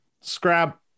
scrap